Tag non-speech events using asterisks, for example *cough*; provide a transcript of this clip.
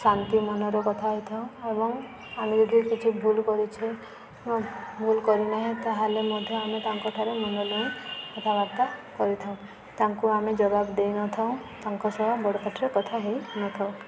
ଶାନ୍ତି ମନରେ କଥା ହେଇଥାଉ ଏବଂ ଆମେ ଯଦି କିଛି ଭୁଲ କରିଛେ ଭୁଲ କରି ନାହିଁ ତା'ହେଲେ ମଧ୍ୟ ଆମେ ତାଙ୍କଠାରେ ମନ *unintelligible* କଥାବାର୍ତ୍ତା କରିଥାଉ ତାଙ୍କୁ ଆମେ ଜବାବ ଦେଇ ନ ଥାଉଁ ତାଙ୍କ ସହ ବଡ଼ପାଟିରେ କଥା ହେଇନଥାଉ